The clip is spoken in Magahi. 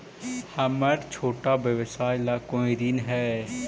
हमर छोटा व्यवसाय ला कोई ऋण हई?